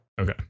okay